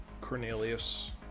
Cornelius